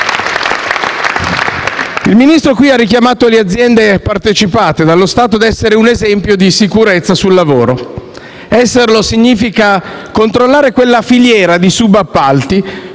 Il Ministro ha qui richiamato le aziende partecipate dallo Stato a essere un esempio di sicurezza sul lavoro. Esserlo significa controllare quella filiera di subappalti